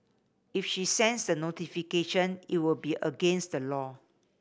if she sends the notification it would be against the law